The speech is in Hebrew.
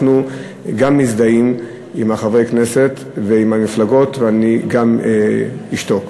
אנחנו גם מזדהים עם חברי הכנסת והמפלגות ואני גם אשתוק.